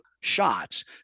shots